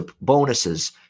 bonuses